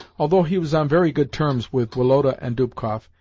although he was on very good terms with woloda and dubkoff,